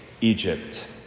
Egypt